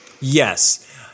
Yes